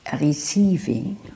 Receiving